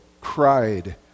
cried